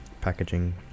packaging